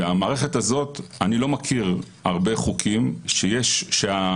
המערכת הזאת אני לא מכיר הרבה חוקים שההשלכות